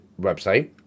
website